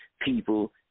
people